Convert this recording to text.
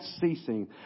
ceasing